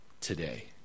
Today